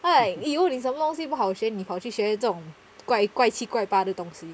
哎哎呦你什么东西不好学你跑去学这种 quite quite 奇怪这东西